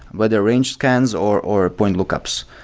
whether range scans or or point lookups.